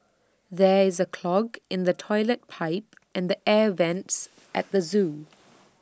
there is A clog in the Toilet Pipe and the air Vents at the Zoo